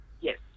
Yes